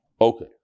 Okay